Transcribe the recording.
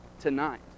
tonight